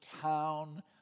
town